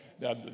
Now